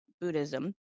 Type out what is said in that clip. buddhism